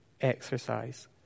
exercise